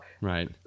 Right